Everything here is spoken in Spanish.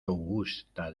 augusta